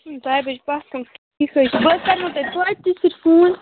سُے ڈایہِ بجہِ پتھ کُن بہٕ حظ کرہو تۄہہِ توتہِ فون